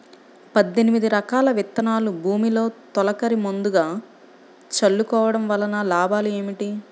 పద్దెనిమిది రకాల విత్తనాలు భూమిలో తొలకరి ముందుగా చల్లుకోవటం వలన లాభాలు ఏమిటి?